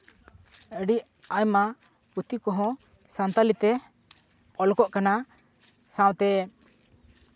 ᱟᱹᱰᱤ ᱟᱭᱢᱟ ᱯᱩᱛᱷᱤ ᱠᱚᱦᱚᱸ ᱥᱟᱱᱛᱟᱞᱤᱛᱮ ᱚᱞᱚᱜᱚᱜ ᱠᱟᱱᱟ ᱥᱟᱶᱛᱮ